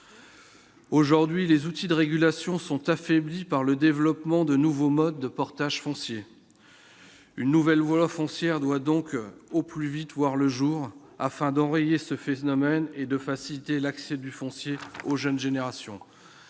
aujourd'hui les outils de régulation sont affaiblis par le développement de nouveaux modes de portage foncier une nouvelle valeur foncière doit donc au plus vite voir le jour afin d'enrayer ce phénomène et de faciliter l'accès du foncier aux jeunes générations,